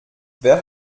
wer